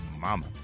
mama